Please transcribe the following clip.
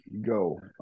go